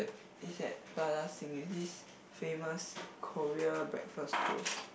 is at Plaza-Sing it's this famous Korea breakfast toast